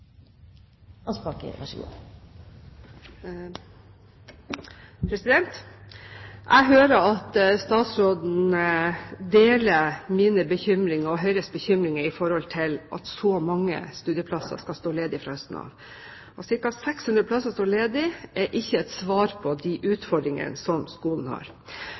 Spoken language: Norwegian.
Høyres bekymringer for at så mange studieplasser skal stå ledige fra høsten av. At ca. 600 plasser står ledige, er ikke et svar på de utfordringene skolen har.